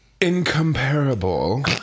incomparable